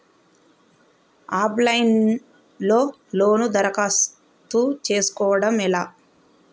Of line లో loan దరఖాస్తు చేసుకోవడం ఎలా?